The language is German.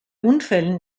unfällen